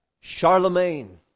Charlemagne